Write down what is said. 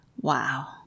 Wow